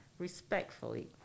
respectfully